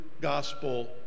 gospel